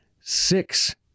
six